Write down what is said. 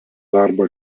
darbą